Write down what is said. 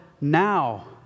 now